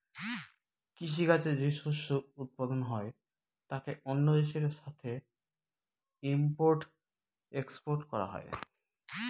কৃষি কাজে যে শস্য উৎপাদন হয় তাকে অন্য দেশের সাথে ইম্পোর্ট এক্সপোর্ট করা হয়